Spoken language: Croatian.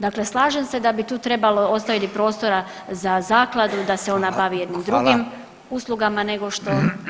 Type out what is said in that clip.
Dakle, slažem se da bi tu trebalo ostaviti prostora za zakladu da se ona bavi jednim drugim [[Upadica: Hvala.]] uslugama nego što je to sad.